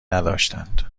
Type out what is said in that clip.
نداشتند